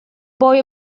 boy